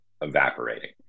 evaporating